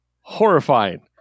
Horrifying